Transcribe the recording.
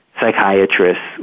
psychiatrists